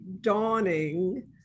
dawning